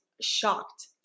shocked